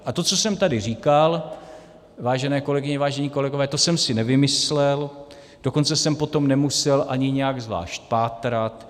A to, co jsem tady říkal, vážené kolegyně, vážení kolegové, to jsem si nevymyslel, dokonce jsem po tom nemusel ani nijak zvlášť pátrat.